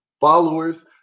followers